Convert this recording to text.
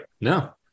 No